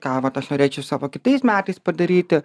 ką vat aš norėčiau savo kitais metais padaryti